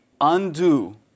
undo